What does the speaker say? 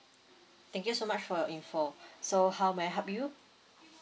thank you so much for your info so how may I help you